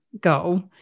goal